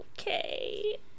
Okay